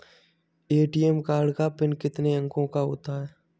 ATM card का pin कितने अंकों का होता है?